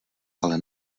ale